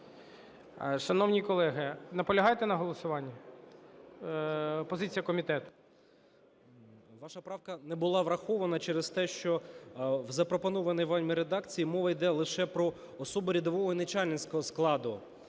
Шановні колеги, наполягаєте на голосуванні? Позиція комітету. 11:42:32 МОНАСТИРСЬКИЙ Д.А. Ваша правка не була врахована через те, що в запропонованій вами редакції мова йде лише про особу рядового і начальницького складу.